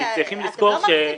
כרגע אתם לא מרחיבים.